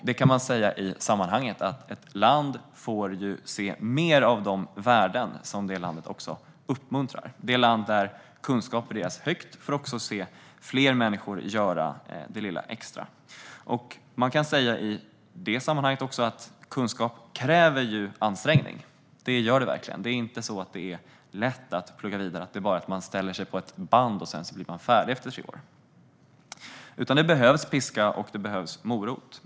Det man kan säga i sammanhanget är att ett land får se mer av de värden som landet uppmuntrar. Det land där kunskap värderas högt får se fler människor göra det lilla extra. Kunskap kräver ansträngning - så är det verkligen. Det är inte lätt att plugga vidare. Det är inte bara att ställa sig på ett band och sedan bli färdig efter tre år. Det behövs piska, och det behövs morot.